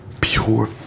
pure